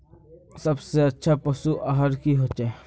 सबसे अच्छा पशु आहार की होचए?